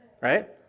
Right